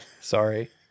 Sorry